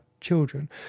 children